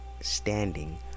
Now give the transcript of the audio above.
standing